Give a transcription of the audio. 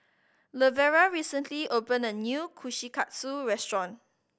Lavera recently opened a new Kushikatsu restaurant